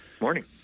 Morning